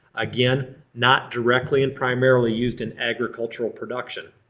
again, not directly and primarily used in agricultural production.